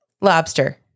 lobster